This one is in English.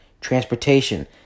Transportation